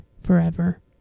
forever